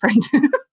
different